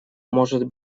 может